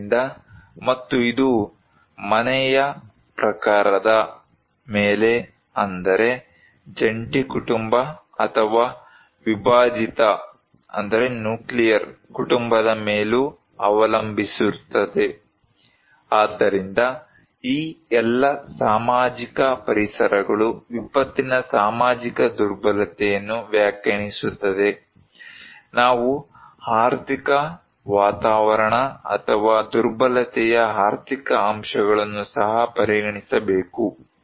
ಆದ್ದರಿಂದ ಮತ್ತು ಇದು ಮನೆಯ ಪ್ರಕಾರದ ಮೇಲೆ ಅಂದರೆ ಜಂಟಿ ಕುಟುಂಬ ಅಥವಾ ವಿಭಜಿತ ಕುಟುಂಬದ ಮೇಲೂ ಅವಲಂಬಿಸಿರುತ್ತದೆ ಆದ್ದರಿಂದ ಈ ಎಲ್ಲಾ ಸಾಮಾಜಿಕ ಪರಿಸರಗಳು ವಿಪತ್ತಿನ ಸಾಮಾಜಿಕ ದುರ್ಬಲತೆಯನ್ನು ವ್ಯಾಖ್ಯಾನಿಸುತದೆ ನಾವು ಆರ್ಥಿಕ ವಾತಾವರಣ ಅಥವಾ ದುರ್ಬಲತೆಯ ಆರ್ಥಿಕ ಅಂಶಗಳನ್ನು ಸಹ ಪರಿಗಣಿಸಬೇಕು